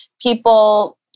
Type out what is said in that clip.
people